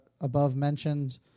above-mentioned